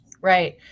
Right